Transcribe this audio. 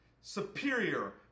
superior